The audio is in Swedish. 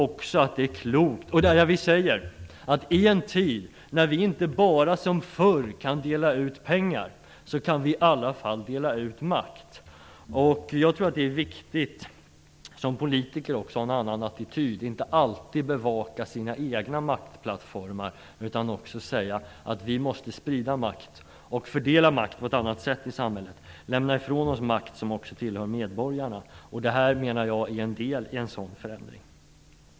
Vi säger att i en tid när vi inte bara som förr kan dela ut pengar kan vi i alla fall dela ut makt. Jag tror också att det är viktigt att man som politiker har en annan attityd - inte alltid bevakar sina egna maktplattformar utan också säger att vi måste sprida makt och fördela makt på ett annat sätt i samhället, lämna ifrån oss makt som också tillhör medborgarna. Det här menar jag är en del i en sådan förändring.